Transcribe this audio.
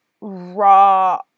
raw